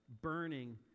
burning